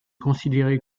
considéré